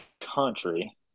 country